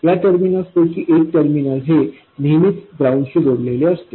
या टर्मिनल पैकी एक टर्मिनल हे नेहमीच ग्राउंडशी जोडले असेते